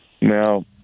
Now